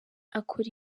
akora